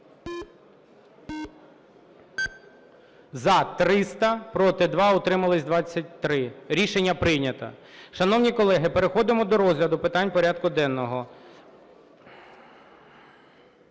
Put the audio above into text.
За-300 Проти – 2, утрималися – 23. Рішення прийнято. Шановні колеги, переходимо до розгляду питань порядку денного.